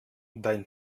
dein